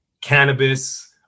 cannabis